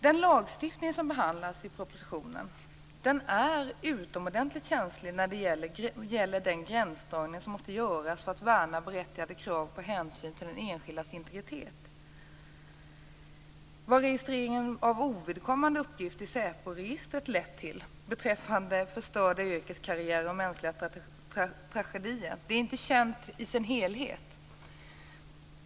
Den lagstiftning som behandlas i propositionen är utomordentligt känslig när det gäller den gränsdragning som måste göras för att värna berättigade krav på hänsyn till den enskildas integritet. Vad registreringen av ovidkommande uppgifter i säporegistret lett till i form av förstörda yrkeskarriärer och mänskliga tragedier är inte känt i sin helhet.